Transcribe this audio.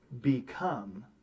become